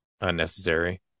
unnecessary